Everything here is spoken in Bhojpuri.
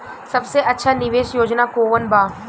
सबसे अच्छा निवेस योजना कोवन बा?